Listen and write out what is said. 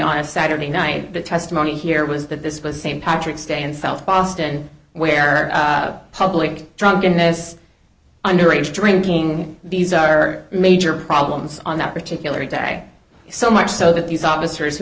a saturday night the testimony here was that this was the same patrick's day in south boston where public drunkenness underage drinking these are major problems on that particular day so much so that these officers who